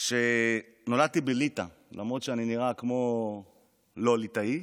שנולדתי בליטא, למרות שאני נראה כמו לא ליטאי,